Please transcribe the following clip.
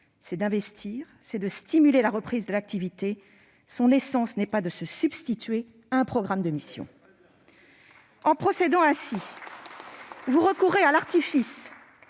est d'investir et de stimuler la reprise de l'activité. Son essence n'est pas de se substituer à un programme de mission. Très bien ! En procédant ainsi, vous recourez à un artifice,